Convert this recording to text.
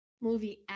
Movie